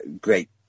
great